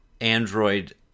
Android